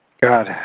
God